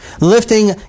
Lifting